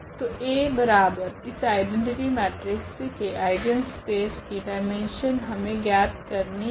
तो A बराबर इस आइडैनटिटि मेट्रिक्स के आइगनस्पेस की डाईमेन्शन हमे ज्ञात करनी है